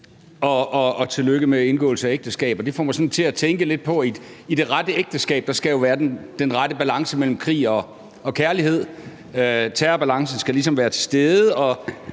og tillykke med indgåelse af ægteskab. Det får mig sådan til at tænke lidt på, at der i det rette ægteskab jo skal være den rette balance mellem krig og kærlighed; terrorbalancen skal ligesom være til stede.